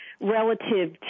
relative